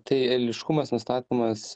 tai eiliškumas nustatomas